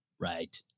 Right